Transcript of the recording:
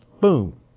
Boom